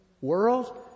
world